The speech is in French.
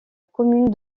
commune